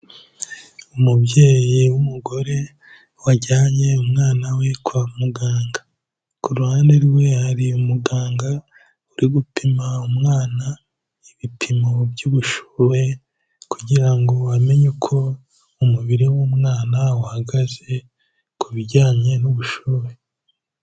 Umubyeyi w'umugore wajyanye umwana we kwa muganga. Ku ruhande rwe hari umuganga uri gupima umwana ibipimo by'ubushuhe, kugira ngo amenye uko umubiri w'umwana uhagaze ku bijyanye n'ubushyuhe.